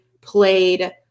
played